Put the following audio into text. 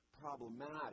problematic